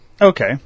Okay